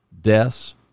deaths